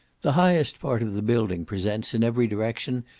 the highest part of the building presents, in every direction,